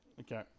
Okay